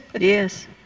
Yes